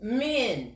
men